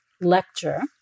lecture